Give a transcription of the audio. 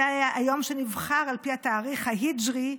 זה היה יום שנבחר על פי התאריך ההיג'רי,